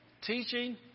Teaching